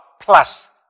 plus